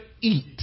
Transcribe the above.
eat